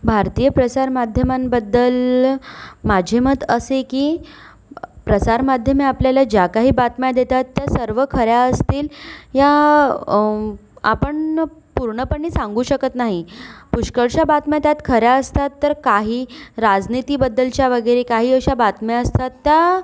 भारतीय प्रसार माध्यमांबद्दल माझे मत असे की प्रसार माध्यमे आपल्याला ज्या काही बातम्या देत आहेत त्या सर्व खऱ्या असतील या आपण पूर्णपणे सांगू शकत नाही पुष्कळशा बातम्या त्यात खऱ्या असतात तर काही राजनीतीबद्दलच्या वगैरे काही अशा बातम्या असतात त्या